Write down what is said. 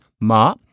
ma